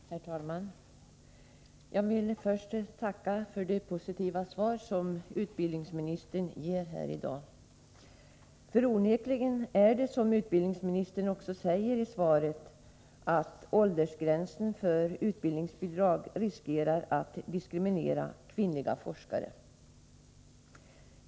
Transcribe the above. Herr talman! Jag vill först tacka för det positiva svar som utbildningsministern ger här i dag. Det är onekligen så, som utbildningsministern också säger i svaret, att åldersgränsen för utbildningsbidrag riskerar att diskriminera kvinnliga forskare.